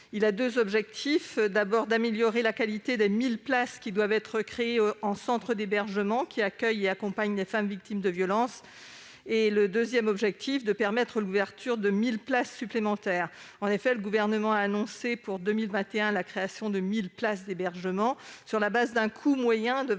vise, d'une part, à améliorer la qualité des 1 000 places qui doivent être créées en centres d'hébergement qui accueillent et accompagnent des femmes victimes de violences, d'autre part, à permettre l'ouverture de 1 000 places supplémentaires. Le Gouvernement a annoncé pour 2021 la création de 1 000 places d'hébergement sur la base d'un coût moyen de 25